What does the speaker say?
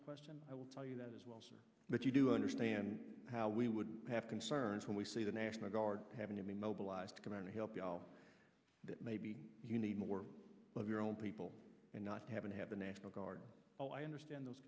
a question i will tell you that as well but you do understand how we would have concerns when we see the national guard having to be mobilized to come out to help all that maybe you need more of your own people and not having to have the national guard oh i understand those